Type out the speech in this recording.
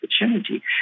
opportunity